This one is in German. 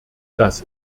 das